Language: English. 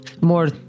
more